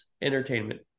entertainment